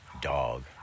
dog